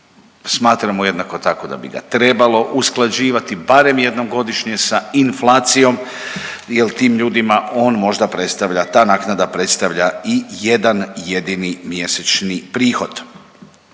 smatramo, jednako tako, da bi ga trebalo usklađivati barem jednom godišnje sa inflacijom jer tim ljudima on možda predstavlja, ta naknada predstavlja i jedan jedini mjesečni prihod.